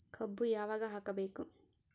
ಕಬ್ಬು ಯಾವಾಗ ಹಾಕಬೇಕು?